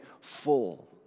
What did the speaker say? full